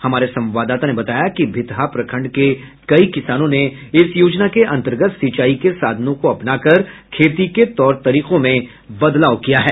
हमारे संवाददाता ने बताया कि भितहा प्रखंड के कई किसानों ने इस योजना के अंतर्गत सिंचाई के साधनों को अपनाकर खेती के तौर तरीकों में बदलाव किया है